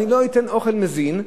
אני לא אתן אוכל מזין,